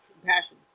compassion